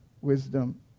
wisdom